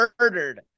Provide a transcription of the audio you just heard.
murdered